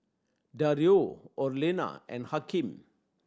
Dario Orlena and Hakeem